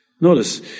Notice